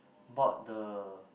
bought the